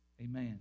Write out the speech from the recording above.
amen